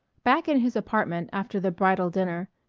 back in his apartment after the bridal dinner,